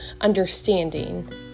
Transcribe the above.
understanding